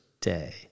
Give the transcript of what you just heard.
day